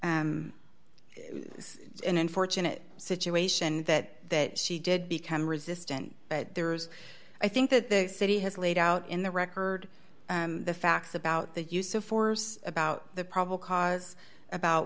it's an unfortunate situation that she did become resistant but there's i think that the city has laid out in the record the facts about the use of force about the probable cause about